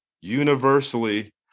universally